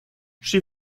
she